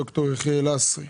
ד"ר יחיאל לסרי,